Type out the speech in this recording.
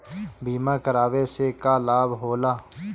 बीमा करावे से का लाभ होला?